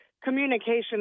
Communication